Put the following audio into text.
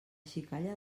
xicalla